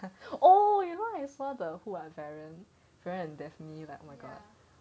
oh you know I saw the who ah veron veron and daphne like oh my god